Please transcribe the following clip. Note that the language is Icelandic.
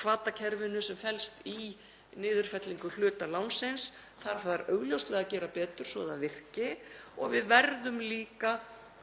hvatakerfinu sem felst í niðurfellingu hluta lánsins. Þar þarf augljóslega að gera betur svo að það virki og við verðum líka